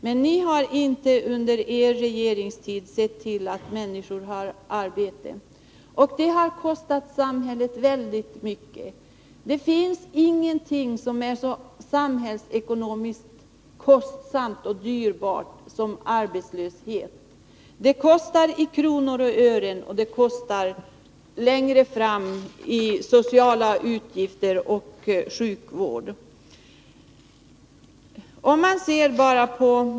Men ni har under er regeringstid inte sett till att människorna fått arbete. Det har kostat samhället väldigt mycket. Ingenting är så samhällsekonomiskt kostsamt och dyrbart som arbetslöshet. Den kostar i kronor och ören, och längre fram resulterar den i utgifter för socialvård och sjukvård.